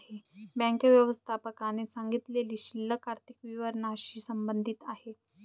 bank व्यवस्थापकाने सांगितलेली शिल्लक आर्थिक विवरणाशी संबंधित आहे